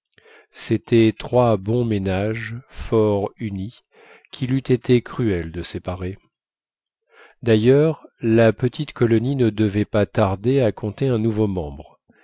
c'étaient trois bons ménages forts unis qu'il eût été cruel de séparer d'ailleurs la petite colonie ne devait pas tarder à compter un nouveau membre